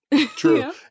True